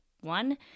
one